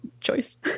choice